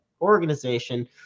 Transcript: organization